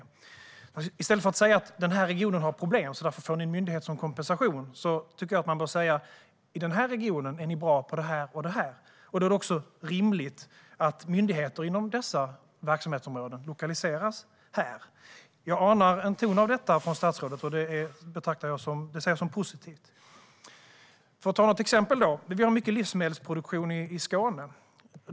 I stället för att säga att en region har problem och att den därför får en myndighet som kompensation tycker jag att man bör säga: I den här regionen är ni bra på det här och det här, och då är det rimligt att myndigheter inom dessa verksamhetsområden lokaliseras här. Jag anar en ton av detta från statsrådet, och det ser jag som positivt. För att ta ett exempel har vi mycket livsmedelsproduktion i Skåne.